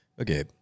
Okay